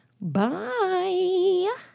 bye